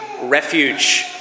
refuge